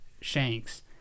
Shanks